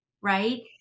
right